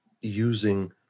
using